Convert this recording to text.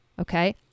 Okay